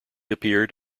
appeared